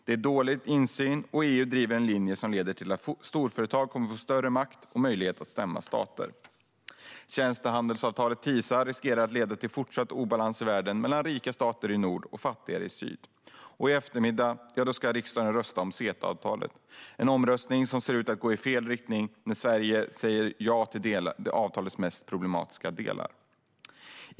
Det är dålig insyn, och EU driver en linje som leder till att storföretag kommer att få större makt och möjlighet att stämma stater. Tjänstehandelsavtalet TISA riskerar att leda till fortsatt obalans i världen mellan rika stater i nord och fattigare stater i syd. Och i eftermiddag ska riksdagen rösta om CETA-avtalet i en omröstning som ser ut att gå i fel riktning, då Sverige säger ja till avtalets mest problematiska delar.